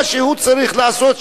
מה שהוא צריך לעשות,